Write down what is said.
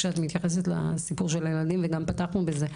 כשאת מתייחסת לסיפור של הילדים וגם פתחנו בזה,